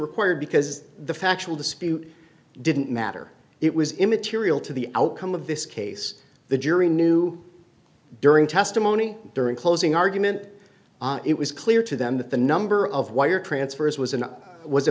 required because the factual dispute didn't matter it was immaterial to the outcome of this case the jury knew during testimony during closing argument it was clear to them that the number of wire transfers was an w